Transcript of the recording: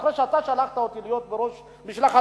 אחרי שאתה שלחת אותי להיות בראש משלחת